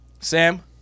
Sam